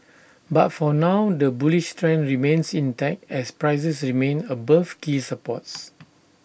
but for now the bullish trend remains intact as prices remain above key supports